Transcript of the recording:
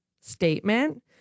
statement